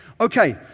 Okay